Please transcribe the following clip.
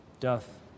doth